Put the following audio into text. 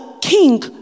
king